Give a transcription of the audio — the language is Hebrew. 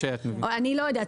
אני לא יודעת,